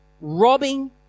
robbing